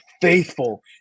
faithful